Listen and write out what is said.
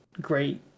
great